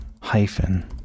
Hyphen